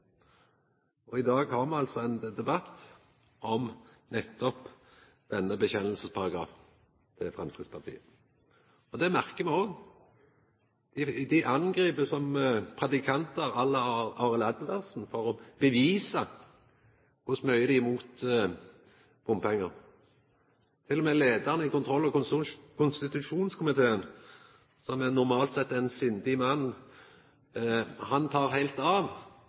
det. I dag har me altså ein debatt om nettopp denne vedkjenningsparagrafen til Framstegspartiet. Det merkar me òg. Dei angrip som predikantar à la Aril Edvardsen for å bevisa kor mykje dei er imot bompengar. Til og med leiaren i kontroll- og konstitusjonskomiteen, som normalt er ein sindig mann, tek heilt av